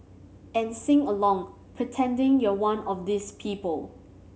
and sing along pretending you're one of these people